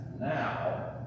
Now